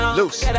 loose